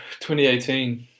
2018